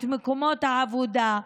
את מקומות העבודה,